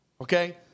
Okay